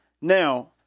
Now